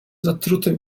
zatruty